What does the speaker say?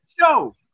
show